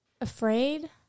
afraid